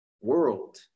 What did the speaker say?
world